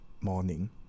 morning